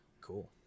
Cool